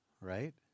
Right